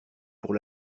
pour